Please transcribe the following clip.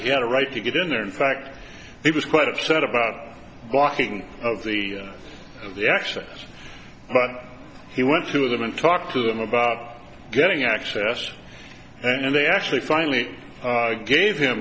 a right to get in there in fact he was quite upset about blocking of the of the access but he went to them and talked to them about getting access and they actually finally gave him